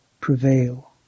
prevail